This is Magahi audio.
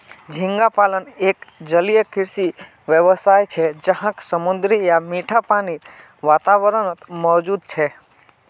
झींगा पालन एक जलीय कृषि व्यवसाय छे जहाक समुद्री या मीठा पानीर वातावरणत मौजूद छे